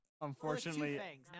Unfortunately